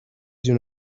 you